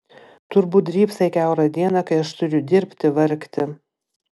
turbūt drybsai kiaurą dieną kai aš turiu dirbti vargti